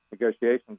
negotiations